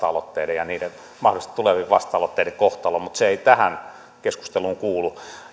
aloitteiden ja mahdollisesti tulevien vasta aloitteiden kohtalo mutta se ei tähän keskusteluun kuulu